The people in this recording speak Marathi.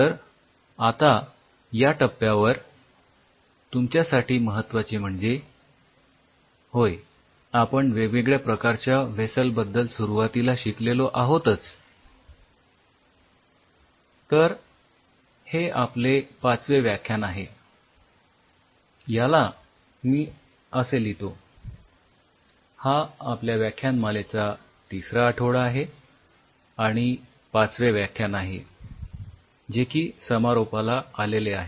तर आता या टप्प्यावर तुमच्यासाठी महत्वाचे म्हणजे होय आपण वेगवेगळ्या प्रकारच्या व्हेसल्स बद्दल सुरुवातीला शिकलेलो आहोतच तर हे आपले पाचवे व्याख्यान आहे मी याला असे लिहितो हा आपल्या व्याख्यानमालेचा तिसरा आठवडा आहे आणि पाचवे व्याख्यान आहे जे की समारोपाला आलेले आहे